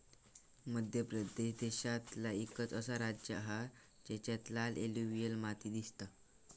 मध्य प्रदेश देशांतला एकंच असा राज्य हा जेच्यात लाल एलुवियल माती दिसता